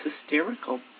hysterical